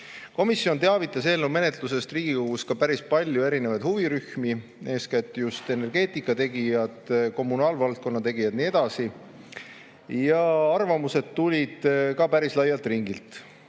Komisjon teavitas eelnõu menetlusest Riigikogus päris paljusid huvirühmi, eeskätt energeetikategijaid, kommunaalvaldkonna tegijaid ja nii edasi. Arvamused tulid ka päris laialt ringilt.